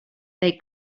they